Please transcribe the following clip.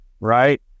Right